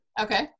Okay